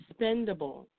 spendable